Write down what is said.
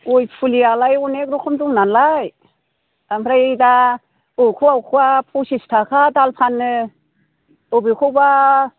गय फुलियालाय अनेख रोखोम दंनालाय ओमफ्राय दा अबेखौबा अबेखौबा पसिस थाखा दाल फानो अबेखौबा